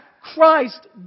Christ